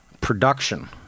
production